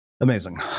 Amazing